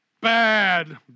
bad